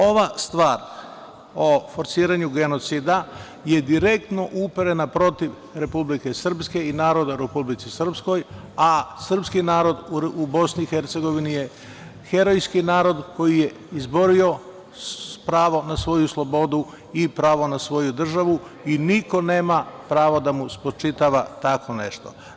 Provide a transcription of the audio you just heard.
Ova stvar o forsiranju genocida je direktno uperena protiv Republike Srpske i naroda u Republici Srpskoj, a srpski narod u Bosni i Hercegovini je herojski narod koji je izborio pravo na svoju slobodu i pravo na svoju državu, i niko nema pravo da mu spočitava tako nešto.